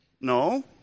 No